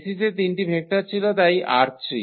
বেসিসে 3 টি ভেক্টর ছিল তাই ℝ3